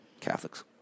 Catholics